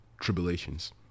tribulations